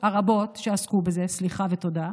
הישיבות הרבות שעסקו בזה, סליחה ותודה.